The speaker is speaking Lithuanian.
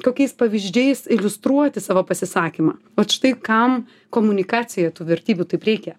kokiais pavyzdžiais iliustruoti savo pasisakymą vat štai kam komunikacija tų vertybių taip reikia